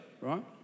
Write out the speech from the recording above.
Right